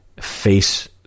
face